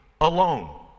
alone